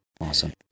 Awesome